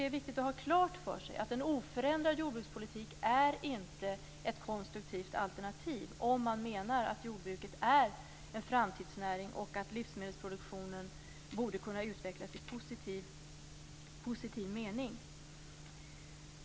Det är viktigt att ha klart för sig att en oförändrad jordbrukspolitik inte är ett konstruktivt alternativ om man menar att jordbruket är en framtidsnäring och att livsmedelsproduktionen borde kunna utvecklas i positiv mening.